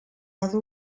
cada